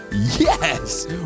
Yes